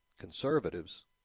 Conservatives